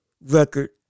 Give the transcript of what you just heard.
record